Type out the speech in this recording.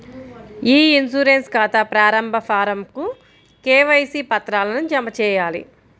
ఇ insurance ఖాతా ప్రారంభ ఫారమ్కు కేవైసీ పత్రాలను జతచేయాలి